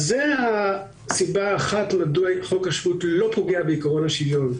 זו סיבה אחת מדוע חוק השבות אינו פוגע בעקרון השוויון.